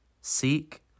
seek